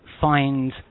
find